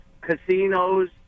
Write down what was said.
Casinos